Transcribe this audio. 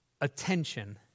attention